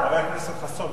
חבר הכנסת חסון,